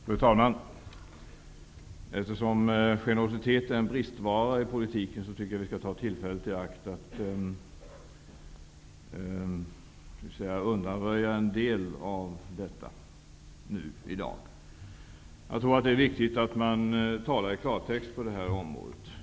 Fru talman! Eftersom generositet är en bristvara i politiken tycker jag att vi skall ta tillfället i akt och åtgärda en del av detta i dag. Jag tror att det är viktigt att vi talar i klartext på det här området.